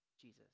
Jesus